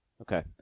Okay